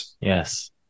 Yes